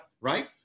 right